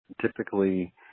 typically